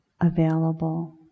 available